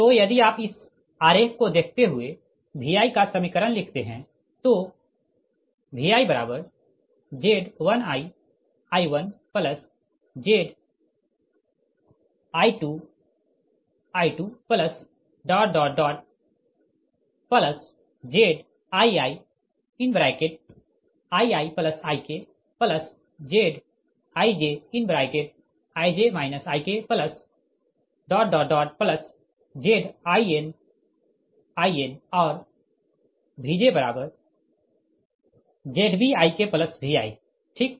तो यदि आप इस आरेख को देखते हुए Vi का समीकरण लिखते है तो ViZ1iI1Zi2I2ZiiIiIkZijIj IkZinIn और VjZbIkVi ठीक